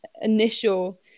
initial